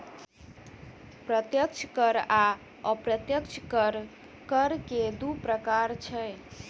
प्रत्यक्ष कर आ अप्रत्यक्ष कर, कर के दू प्रकार छै